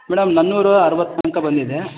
madam ನಾನೂರು ಅರುವತ್ತು ಅಂಕ ಬಂದಿದೆ